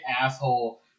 asshole